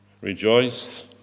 Rejoice